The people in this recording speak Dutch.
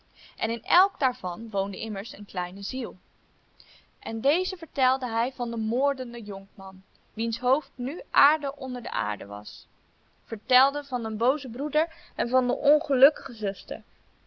en in elke daarvan woonde immers een kleine ziel en deze vertelde hij van den vermoorden jonkman wiens hoofd nu aarde onder de aarde was vertelde van den boozen broeder en van de ongelukkige